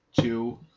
two